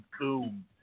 boom